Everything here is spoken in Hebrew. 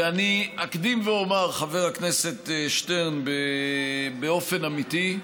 ואני אקדים ואומר, חבר הכנסת שטרן, באופן אמיתי,